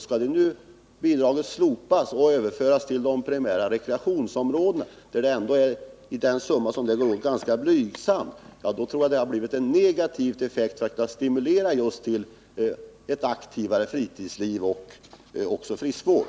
Skulle bidraget nu slopas och pengarna överföras till de primära rekreationsområdena — där de skulle utgöra en ganska blygsam summa — tror jag att det blir en negativ effekt i stället för en stimulans till ett aktivare fritidsliv och friskvård.